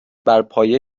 برپایه